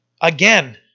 Again